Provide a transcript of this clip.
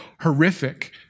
horrific